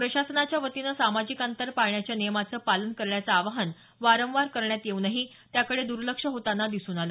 प्रशासनाच्यावतीने सामाजिक अंतर पाळण्याच्या नियमाचं पालन करण्याचं आवाहन वारंवार करण्यात येऊनही त्याकडे दुर्लक्ष होत असल्याचं दिसून आलं